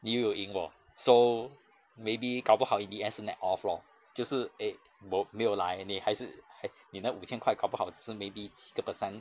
你又有赢哦 so maybe 搞不好 in the end 是 net off lor 就是 eh bo~ 没有来你还是还你拿五千块搞不好只是 maybe 七个 percent